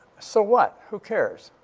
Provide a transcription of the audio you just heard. so what? who cares?